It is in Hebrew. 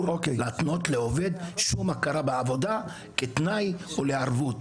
להתנות לעובד שום הכרה בעבודה כתנאי או כערבות,